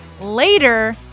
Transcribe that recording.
later